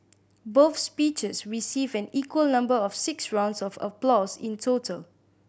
both speeches received an equal number of six rounds of applause in total